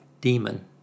Demon